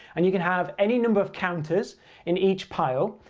and you can have any number of counters in each pile,